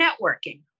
networking